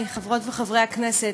חברי חברות וחברי הכנסת,